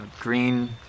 Green